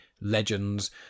Legends